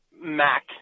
Mac